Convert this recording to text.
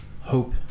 hope